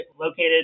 located